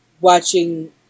watching